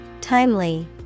Timely